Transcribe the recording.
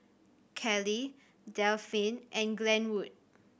Kelley Delphine and Glenwood